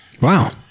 Wow